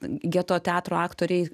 geto teatro aktoriai